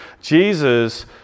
Jesus